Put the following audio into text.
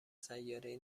سیارهای